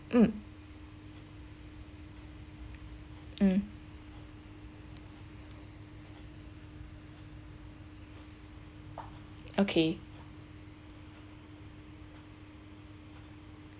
mm mm okay